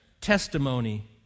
testimony